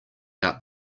out